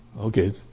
Okay